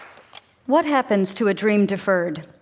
what happens to a dream deferred?